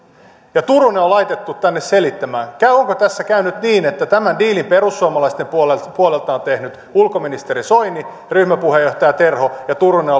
mutta turunen on laitettu tänne selittämään onko tässä käynyt niin että tämän diilin perussuomalaisten puolelta puolelta ovat tehneet ulkoministeri soini ja ryhmäpuheenjohtaja terho ja turunen